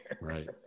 right